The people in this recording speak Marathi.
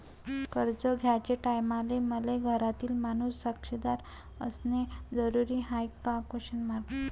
कर्ज घ्याचे टायमाले मले घरातील माणूस साक्षीदार असणे जरुरी हाय का?